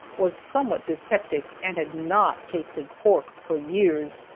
was somewhat dyspeptic, and had not tasted pork for years.